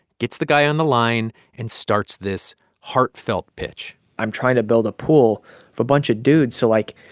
gets the guy on the line and starts this heartfelt pitch i'm trying to build a pool of a bunch of dudes so, like,